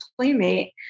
playmate